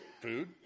food